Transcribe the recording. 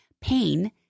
pain